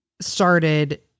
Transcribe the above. started